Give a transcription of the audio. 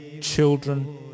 children